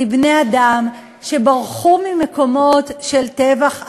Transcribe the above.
לבני-אדם שברחו ממקומות של טבח עם,